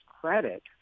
credit